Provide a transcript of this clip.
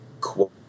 quote